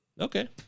Okay